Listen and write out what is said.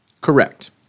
Correct